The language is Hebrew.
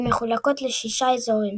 המחולקות לשישה אזורים